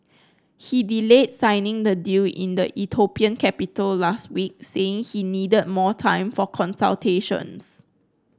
he delayed signing the deal in the Ethiopian capital last week saying he needed more time for consultations